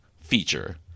feature